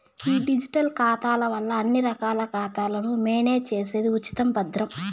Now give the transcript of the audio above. ఈ డిజిటల్ ఖాతాల వల్ల అన్ని రకాల ఖాతాలను మేనేజ్ చేసేది ఉచితం, భద్రం